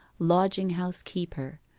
lodging-house keeper,